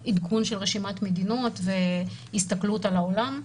לגבי עדכון רשימת המדינות והסתכלות על העולם.